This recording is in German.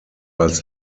als